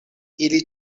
ili